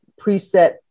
preset